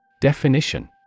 Definition